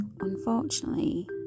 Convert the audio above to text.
Unfortunately